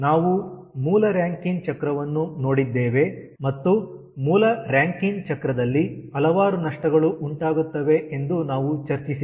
ನಾವು ಮೂಲ ರಾಂಕಿನ್ ಚಕ್ರವನ್ನು ನೋಡಿದ್ದೇವೆ ಮತ್ತು ಮೂಲ ರಾಂಕಿನ್ ಚಕ್ರದಲ್ಲಿ ಹಲವಾರು ನಷ್ಟಗಳು ಉಂಟಾಗುತ್ತವೆ ಎಂದು ನಾವು ಚರ್ಚಿಸಿದ್ದೇವೆ